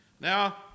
Now